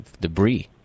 debris